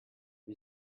you